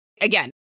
again